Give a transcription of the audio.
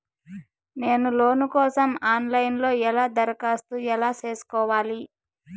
నేను లోను కోసం online లో ఎలా దరఖాస్తు ఎలా సేసుకోవాలి?